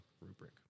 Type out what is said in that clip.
rubric